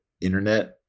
internet